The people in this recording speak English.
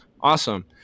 awesome